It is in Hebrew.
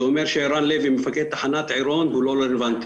זה אומר שערן לוי הוא מפקד תחנת עירון הוא לא רוולנטי.